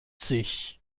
sich